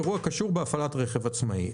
הוא אירוע הקשור בהפעלת רכב עצמאי.